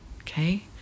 okay